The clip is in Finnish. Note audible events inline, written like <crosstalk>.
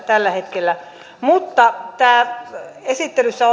tällä hetkellä mutta tästä esittelyssä <unintelligible>